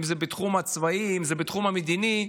אם זה בתחום הצבאי, אם זה בתחום המדיני.